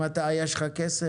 אם אתה יש לך כסף,